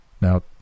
Now